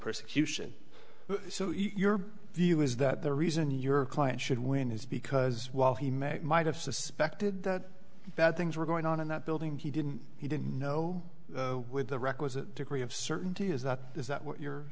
persecution so your view is that the reason your client should win is because while he met might have suspected that bad things were going on in that building he didn't he didn't know with the requisite degree of certainty is that is that what you're